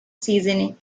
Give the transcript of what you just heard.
season